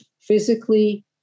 Physically